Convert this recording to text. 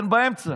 אין באמצע.